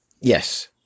Yes